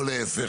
או להיפך.